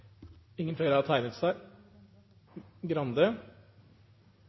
ingen har